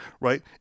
right